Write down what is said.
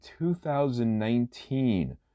2019